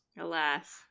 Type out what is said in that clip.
Alas